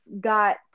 got